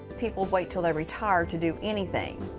people wait til they're retired to do anything.